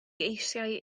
eisiau